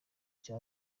icyo